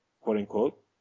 quote-unquote